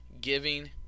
giving